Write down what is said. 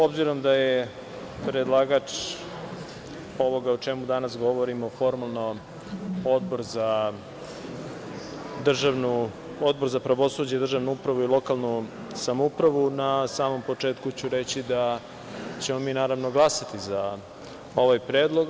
Obzirom da je predlagač ovoga o čemu danas govorimo formalno Odbor za pravosuđe, državnu upravu i lokalnu samoupravu, na samom početku ću reći da ćemo mi naravno glasati za ovaj predlog.